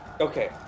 Okay